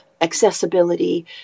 accessibility